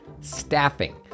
Staffing